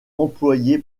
employé